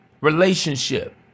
relationship